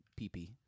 pp